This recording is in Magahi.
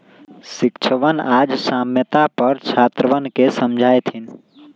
शिक्षकवन आज साम्यता पर छात्रवन के समझय थिन